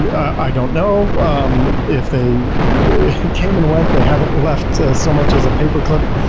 i don't know. um if they came and went, they haven't left so much as a paperclip.